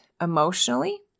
emotionally